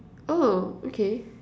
oh okay